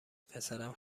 پسرم